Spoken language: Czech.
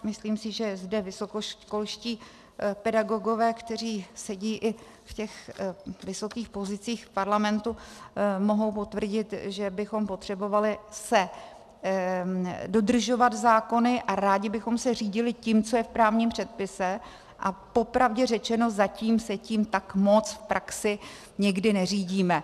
Myslím si, že zde vysokoškolští pedagogové, kteří sedí i ve vysokých pozicích v parlamentu, mohou potvrdit, že bychom potřebovali dodržovat zákony a rádi bychom se řídili tím, co je v právním předpise, a popravdě řečeno zatím se tím tak moc v praxi někdy neřídíme.